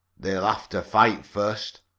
they'd have to fight first,